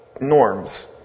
norms